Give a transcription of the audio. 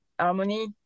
harmony